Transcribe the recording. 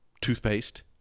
toothpaste